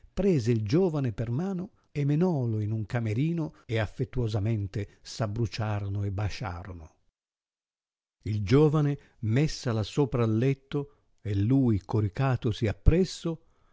prese il giovane per mano e menòlo in un camerino e affettuosamente s abbruciarono e basciarla il giovane messala sopra il letto e lui coricatosi appresso